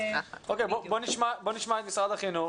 בואו נשמע את משרד החינוך.